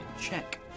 check